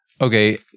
Okay